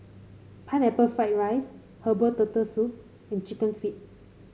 Pineapple Fried Rice Herbal Turtle Soup and chicken feet